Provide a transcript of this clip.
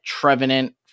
Trevenant